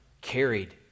carried